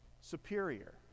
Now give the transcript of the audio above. superior